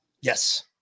Yes